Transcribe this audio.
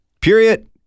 period